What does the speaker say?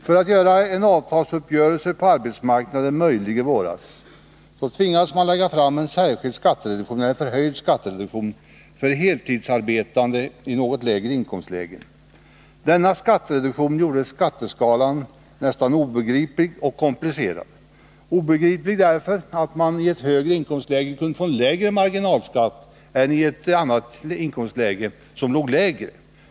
För att göra en avtalsuppgörelse på arbetsmarknaden möjlig i våras tvingades man lägga fram en särskild, förhöjd skattereduktion för heltidsarbetande i något lägre inkomstlägen. Denna skattereduktion gjorde skatteskalan nästan obegriplig och komplicerad. Den var obegriplig ur den synpunkten att man i ett högre inkomstläge skulle få en lägre marginalskatt äni ett lägre inkomstläge.